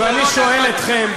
ואני שואל אתכם,